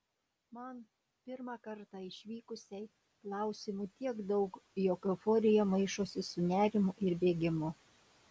man pirmą kartą išvykusiai klausimų tiek daug jog euforija maišosi su nerimu ir bėgimu